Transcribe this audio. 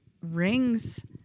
rings